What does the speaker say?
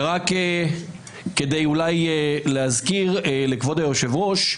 ורק כדי אולי להזכיר לכבוד היושב ראש,